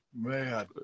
Man